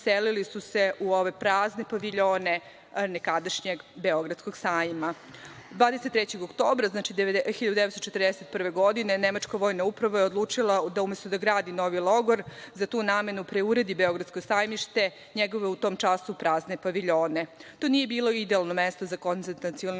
uselili su se u ove prazne paviljone nekadašnjeg Beogradskog sajma. Dvadeset trećeg oktobra, znači, 1941. godine, nemačka vojna uprava je odlučila da, umesto da gradi novi logor, za tu namenu preuredi Beogradsko sajmište, njegove u tom času prazne paviljone. To nije bilo idealno mesto za koncentracioni